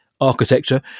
architecture